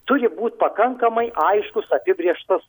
turi būt pakankamai aiškus apibrėžtas